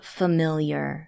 familiar